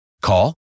Call